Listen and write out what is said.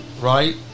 right